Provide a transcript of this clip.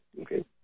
Okay